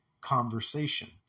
conversation